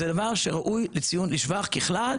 זה דבר שראוי לציון לשבח ככלל,